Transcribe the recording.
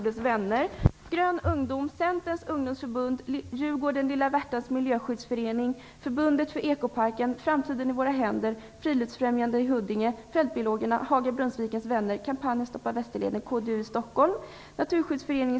Det finns några organisationer som håller med mig i det fallet.